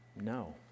No